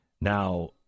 Now